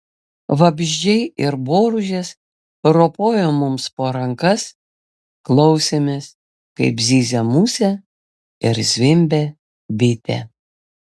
vabzdžiai ir boružės ropojo mums po rankas klausėmės kaip zyzia musė ir zvimbia bitė